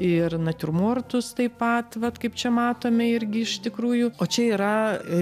ir natiurmortus taip pat kaip čia matome irgi iš tikrųjų o čia yra